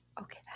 Okay